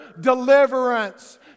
deliverance